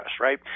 right